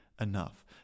enough